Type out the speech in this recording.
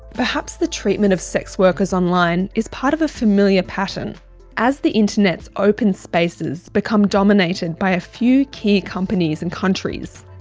perhaps the treatment of sex workers online is part of a familiar pattern as the internet's open spaces become dominated by a few key companies and countries,